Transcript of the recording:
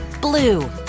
Blue